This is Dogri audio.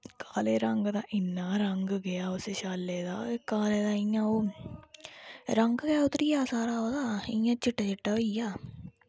काले रंग दा इन्ना रंग गेआ उस शाले दा काले दा इय़ां ओह् रंग गै उतरिया सारा ओह्दा इ'यां चिट्टा चिट्टा होई गेआ